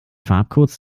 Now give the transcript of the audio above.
farbcodes